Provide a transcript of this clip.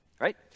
right